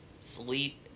sleep